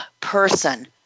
person